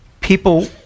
people